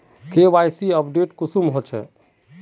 KYC update कुंसम होचे?